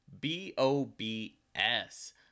B-O-B-S